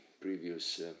previous